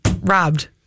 robbed